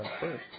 first